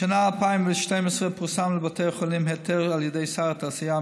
בשנת 2012 פורסם לבתי החולים היתר על ידי שר התעשייה,